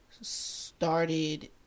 Started